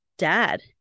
Dad